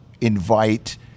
invite